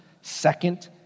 second